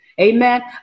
Amen